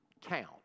count